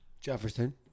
Jefferson